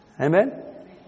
Amen